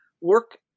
work